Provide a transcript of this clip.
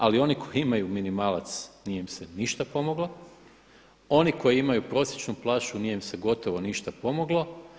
Ali oni koji imaju minimalac nije im se ništa pomoglo, oni koji imaju prosječnu plaću nije im se gotovo ništa pomoglo.